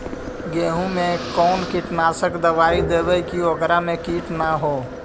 गेहूं में कोन कीटनाशक दबाइ देबै कि ओकरा मे किट न हो?